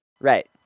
right